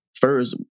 first